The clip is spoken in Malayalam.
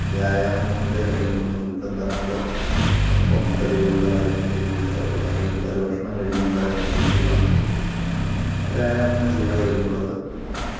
വ്യായാമത്തിൻ്റെ കാര്യങ്ങളൊന്നും നമുക്ക് കിട്ടുന്നില്ല നമ്മള് പൊണ്ണത്തടി പോലുള്ള കാര്യങ്ങളിലേക്കെക്കെ പിള്ളേര് പിള്ളേര് ഭക്ഷണം കഴിക്കുന്നുണ്ട് അതിനനുസരിച്ചുള്ള വ്യായാമങ്ങൾ ചെയ്യാതെ വരുമ്പോളത്